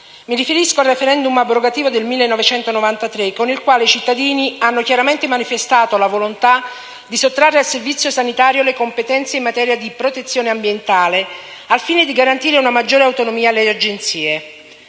mi riferisco al *referendum* abrogativo del 1993, con il quale i cittadini hanno chiaramente manifestato la volontà di sottrarre al Servizio sanitario le competenze in materia di protezione ambientale al fine di garantire una maggiore autonomia alle Agenzie.